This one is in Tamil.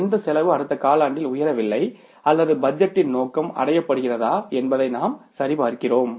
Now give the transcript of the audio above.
எந்த செலவு அடுத்த காலாண்டில் உயரவில்லை அல்லது பட்ஜெட்டின் நோக்கம் அடையப்படுகிறதா என்பதை நாம் சரிபார்க்கிறோம்